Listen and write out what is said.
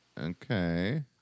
Okay